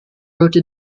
wrote